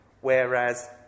Whereas